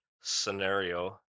scenario